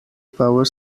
power